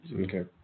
Okay